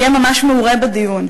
יהיה ממש מעורה בדיון.